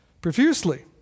profusely